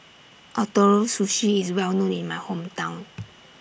Ootoro Sushi IS Well known in My Hometown